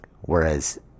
Whereas